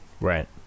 Right